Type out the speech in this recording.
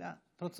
ראש